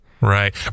Right